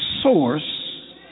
source